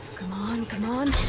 come on, come on!